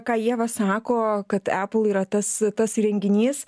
ką ieva sako kad apple yra tas tas įrenginys